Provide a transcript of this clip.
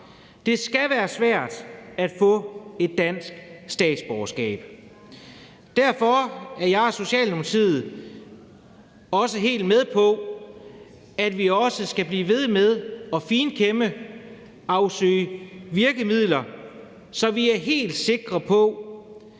Det skal være svært at få et dansk statsborgerskab. Derfor er jeg og Socialdemokratiet også helt med på, at vi også skal blive ved med at finkæmme og afsøge virkemidler, så vi er helt sikre på,